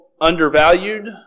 undervalued